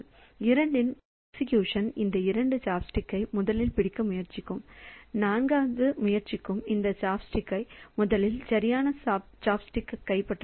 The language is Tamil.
2 இன் எக்ஸிகுஷன் இந்த 2 இந்த சாப்ஸ்டிக்கை முதலில் பிடிக்க முயற்சிக்கும் 4 முயற்சிக்கும் இந்த சாப்ஸ்டிக்கை முதலில் சரியான சாப்ஸ்டிக் கைப்பற்ற